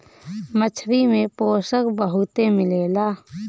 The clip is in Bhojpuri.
मछरी में पोषक बहुते मिलेला